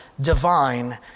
divine